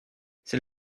c’est